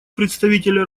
представителя